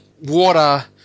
water